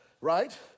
right